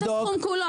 תן את הסכום כולו,